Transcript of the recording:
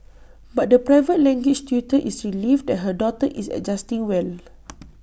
but the private language tutor is relieved that her daughter is adjusting well